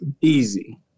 Easy